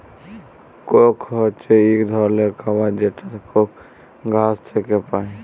Coke হছে ইক ধরলের খাবার যেটা কোক গাহাচ থ্যাইকে পায়